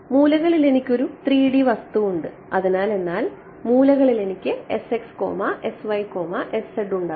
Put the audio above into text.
മൂലകളിൽ എനിക്കൊരു 3D വസ്തു ഉണ്ട് അതിനാൽ എന്നാൽ മൂലകളിൽ എനിക്ക് ഉണ്ടാകുന്നു